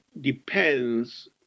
depends